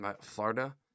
Florida